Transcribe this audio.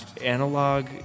analog